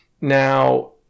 now